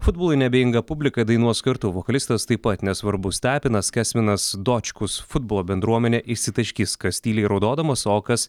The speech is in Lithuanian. futbolui neabejinga publika dainuos kartu vokalistas taip pat nesvarbus tapinas kęsminas dočkus futbolo bendruomenė išsitaškys kas tyliai raudodamas o kas